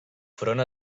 front